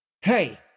Hey